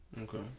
Okay